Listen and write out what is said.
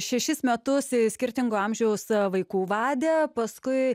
šešis metus skirtingo amžiaus vaikų vadė paskui